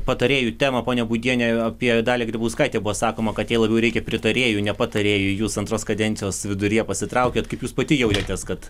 patarėjų temą ponia būdiene apie dalią grybauskaitę buvo sakoma kad jai labiau reikia pritarėjų ne patarėjų jūs antros kadencijos viduryje pasitraukėt kaip jūs pati jautėtės kad